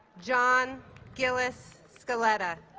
john gillis scaletta